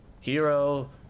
hero